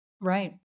Right